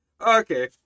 okay